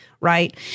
right